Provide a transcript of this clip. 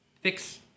Fix